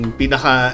pinaka